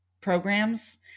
programs